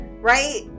right